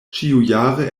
ĉiujare